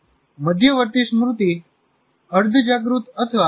મધ્યવર્તી સ્મૃતિ અર્ધજાગૃત અથવા જાગૃતપણે કાર્ય કરે છે - અને 30 સેકન્ડ સુધી ડેટા રાખે છે